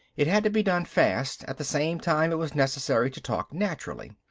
it had to be done fast, at the same time it was necessary to talk naturally.